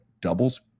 doubles